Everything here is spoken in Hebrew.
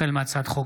החל בהצעת חוק